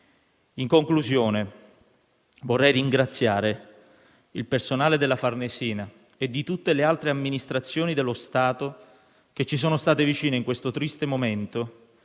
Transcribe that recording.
In conclusione, vorrei ringraziare il personale della Farnesina e di tutte le altre amministrazioni dello Stato che ci sono state vicino in questo triste momento,